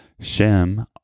Shem